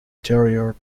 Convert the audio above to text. anterior